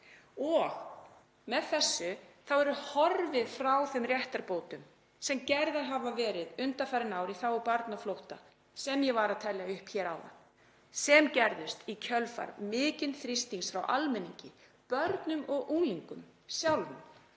Með þessu er horfið frá þeim réttarbótum sem gerðar hafa verið undanfarin ár í þágu barna á flótta, sem ég var að telja upp hér áðan, sem gerðust í kjölfar mikils þrýstings frá almenningi, börnum og unglingum sjálfum,